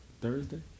Thursday